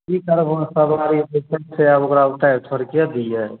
कि करबहो सबारी बैठल छै आब ओकरा ऊतारि थोड़के दियै